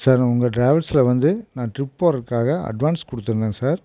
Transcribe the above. sir உங்கள் டிராவல்ஸில் வந்து நான் ட்ரிப் போகிறதுக்காக அட்வான்ஸ் கொடுத்துருந்தேன் சார்